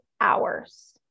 hours